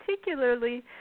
particularly